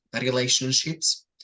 relationships